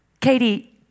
Katie